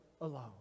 alone